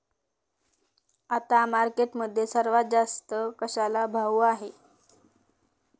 आता मार्केटमध्ये सर्वात जास्त कशाला भाव आहे?